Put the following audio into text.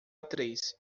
atriz